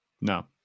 No